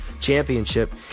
championship